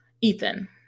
Ethan